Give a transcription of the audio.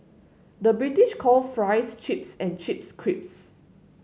the British call fries chips and chips crisps